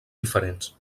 diferents